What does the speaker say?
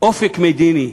אופק מדיני.